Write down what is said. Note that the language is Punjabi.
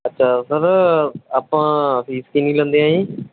ਅੱਛਾ ਸਰ ਆਪਾਂ ਫ਼ੀਸ ਕਿੰਨੀ ਲੈਂਦੇ ਹੈਂ ਜੀ